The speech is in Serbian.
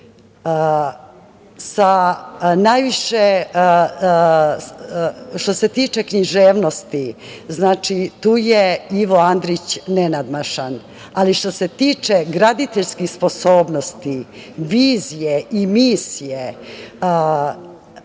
Što se tiče književnosti, tu je Ivo Andrić nenadmašan, ali što se tiče graditeljskih sposobnosti, vizije i misije